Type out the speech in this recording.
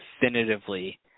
definitively